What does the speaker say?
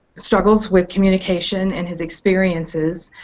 struggles with communication and his experiences